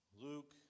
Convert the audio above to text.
Luke